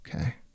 okay